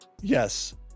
Yes